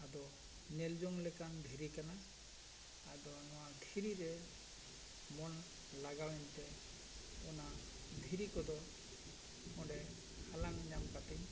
ᱟᱫᱚ ᱧᱮᱞ ᱡᱚᱝ ᱞᱮᱠᱟᱱ ᱫᱷᱤᱨᱤ ᱠᱟᱱᱟ ᱟᱫᱚ ᱱᱚᱣᱟ ᱫᱷᱤᱨᱤ ᱨᱮ ᱢᱚᱱ ᱞᱟᱜᱟᱣ ᱮᱱᱛᱮ ᱚᱱᱟ ᱫᱷᱤᱨᱤ ᱠᱚᱫᱚ ᱚᱸᱰᱮ ᱦᱟᱞᱟᱝ ᱧᱟᱢ ᱠᱟᱛᱤᱧ